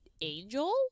angel